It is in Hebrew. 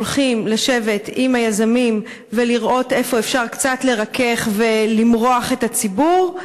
הולכים לשבת עם היזמים ולראות איפה אפשר קצת לרכך ולמרוח את הציבור.